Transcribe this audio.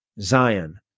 Zion